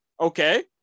Okay